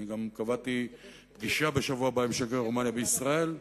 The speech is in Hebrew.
אני גם קבעתי פגישה בשבוע הבא עם שגריר רומניה בישראל,